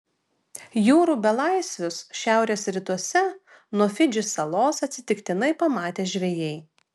jūrų belaisvius šiaurės rytuose nuo fidžį salos atsitiktinai pamatė žvejai